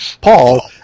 Paul